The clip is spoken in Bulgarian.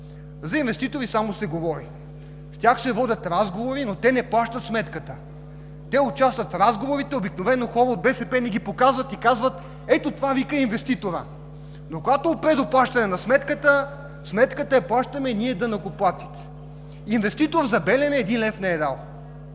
За инвеститори само се говори. С тях се водят разговори, но те не плащат сметката. Те участват в разговорите. Обикновено хора от БСП ни ги показват и казват: „Ето, това е инвеститор“. Но когато опре до плащане на сметката, плащаме я ние, данъкоплатците. Инвеститор за „Белене“ не е дал